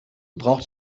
braucht